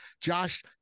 Josh